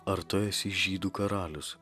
ar tu esi žydų karalius